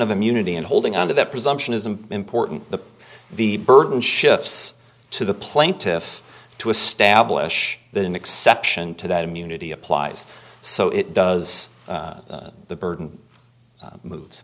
of immunity and holding on to that presumption is an important the the burden shifts to the plaintiffs to establish that an exception to that immunity applies so it does the burden mo